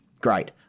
great